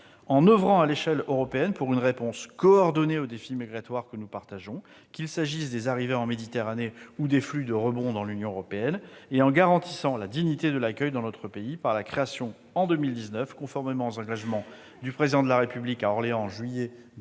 en oeuvrant à l'échelle européenne pour une réponse coordonnée aux défis migratoires que nous partageons, qu'il s'agisse des arrivées en Méditerranée ou des flux de rebond dans l'Union européenne, et en garantissant la dignité de l'accueil dans notre pays, par la création en 2019, conformément aux engagements du Président de la République à Orléans en juillet 2017,